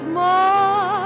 more